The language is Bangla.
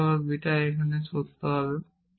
আলফা বা বিটা এখানে সত্য হবে